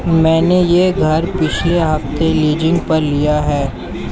मैंने यह घर पिछले हफ्ते लीजिंग पर लिया है